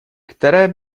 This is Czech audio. které